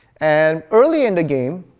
and early in the game,